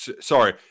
sorry